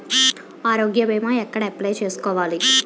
ఆరోగ్య భీమా ఎక్కడ అప్లయ్ చేసుకోవాలి?